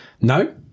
no